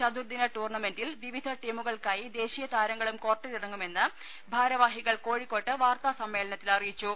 ചതുർദിന ടൂർണ്ണമെന്റിൽ വിവിധ ടീമുകൾക്കായി ദേശീയ താര ങ്ങളും കോർട്ടിലിറങ്ങുമെന്ന് ഭാരവാഹികൾ കോഴിക്കോട്ട് വാർത്താസമ്മേളനത്തിൽ അറിയിച്ചു